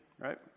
right